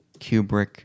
kubrick